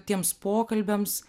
tiems pokalbiams